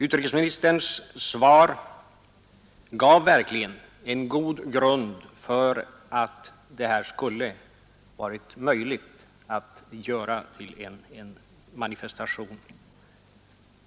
Utrikesministerns svar gav verkligen en god grund för att det skulle ha varit möjligt att få till stånd en sådan manifestation.